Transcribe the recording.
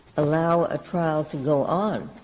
allow a trial to go on?